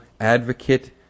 advocate